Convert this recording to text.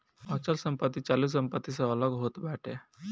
अचल संपत्ति चालू संपत्ति से अलग होत बाटे